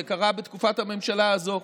זה קרה בתקופת הממשלה הזאת.